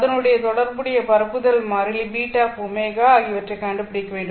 அதனுடைய தொடர்புடைய பரப்புதல் மாறிலி βω ஆகியவற்றை கண்டுபிடிக்க வேண்டும்